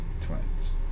twins